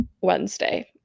Wednesday